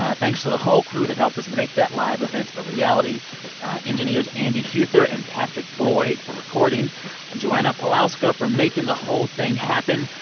ah thanks to the whole crew that helped us make that live event a reality engineers andy huether and patrick boyd for recording and joanna pawlowska for making the whole thing happen.